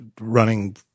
running